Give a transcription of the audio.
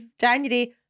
january